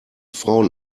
frauen